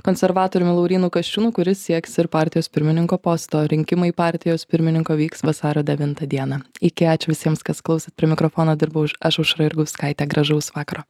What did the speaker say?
konservatorium laurynu kasčiūnu kuris sieks ir partijos pirmininko posto rinkimai partijos pirmininko vyks vasario devintą dieną iki ačiū visiems kas klausėt prie mikrofono dirbau uš aš aušra jurgauskaitė gražaus vakaro